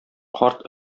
карт